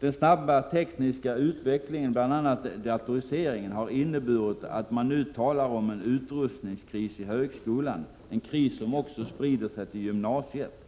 Den snabba tekniska utvecklingen, bl.a. datoriseringen, har inneburit att man nu talar om en utrustningskris i högskolan, en kris som också sprider sig till gymnasiet.